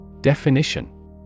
Definition